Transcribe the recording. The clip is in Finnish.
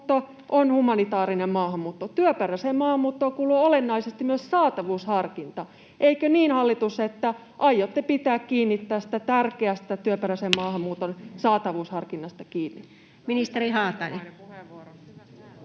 maahanmuutto, on humanitaarinen maahanmuutto, ja työperäiseen maahanmuuttoon kuuluu olennaisesti myös saatavuusharkinta. Eikö niin hallitus, että aiotte pitää kiinni tästä tärkeästä työperäisen maahanmuuton saatavuusharkinnasta? Ministeri Haatainen.